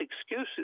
excuses